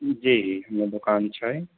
जी हमर दोकान छै